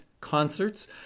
concerts